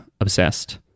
obsessed